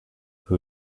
who